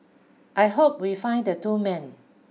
I hope we find the two men